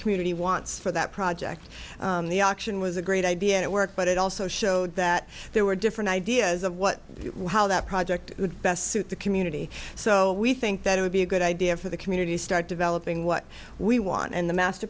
community wants for that project the auction was a great idea and it worked but it also showed that there were different ideas of what it was how that project would best suit the community so we think that it would be a good idea for the community start developing what we want and the master